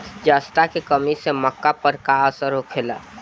जस्ता के कमी से मक्का पर का असर होखेला?